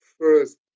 first